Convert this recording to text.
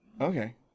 Okay